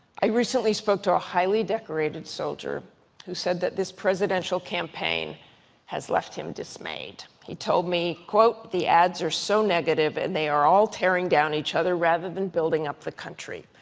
i recently spoke to a highly decorated soldier who said that this presidential campaign has left him dismayed. he told me, quote, the ads are so negative and they are all tearing down each other, rather than building up the country.